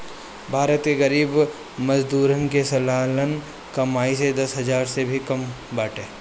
भारत के गरीब मजदूरन के सलाना कमाई दस हजार से भी कम बाटे